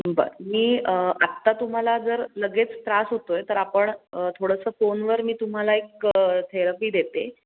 बरं मी आता तुम्हाला जर लगेच त्रास होतो आहे तर आपण थोडंसं फोनवर मी तुम्हाला एक थेरपी देते